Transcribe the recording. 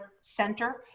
Center